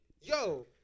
yo